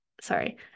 sorry